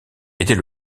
était